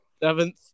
seventh